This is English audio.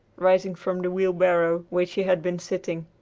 rising from the wheelbarrow, where she had been sitting.